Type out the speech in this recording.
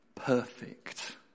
perfect